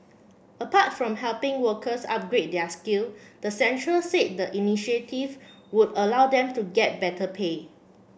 apart from helping workers upgrade their skill the centre said the initiative would allow them to get better pay